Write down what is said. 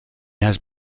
has